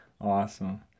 awesome